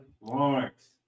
Lawrence